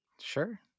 sure